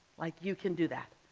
like, you can do that.